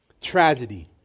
Tragedy